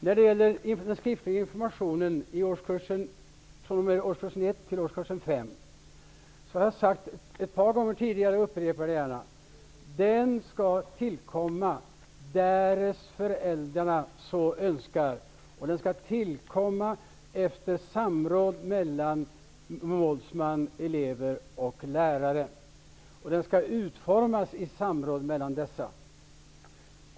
När det gäller den skriftliga informationen fr.o.m. årskurs 1 t.o.m. årskurs 5 har jag ett par gånger tidigare sagt -- men jag upprepar det gärna -- att den skall tillkomma om föräldrarna så önskar och att den skall tillkomma efter samråd mellan målsmän, elever och lärare. Den skall också utformas i samråd mellan dessa.